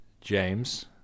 James